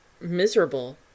miserable